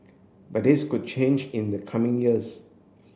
but this could change in the coming years